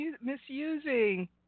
misusing